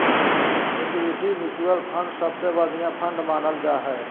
equity mutual fund सबसे बढ़िया fund मानल जा हय